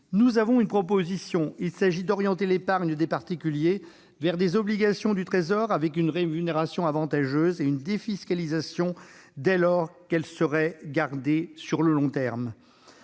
Nous avons une proposition : il s'agirait d'orienter l'épargne des particuliers vers des obligations du Trésor grâce à une rémunération avantageuse et une défiscalisation, dès lors qu'elles seraient gardées sur le long terme.